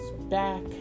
back